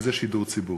וזה שידור ציבורי.